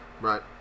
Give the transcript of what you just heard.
Right